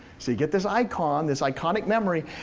so you get this icon, this iconic memory,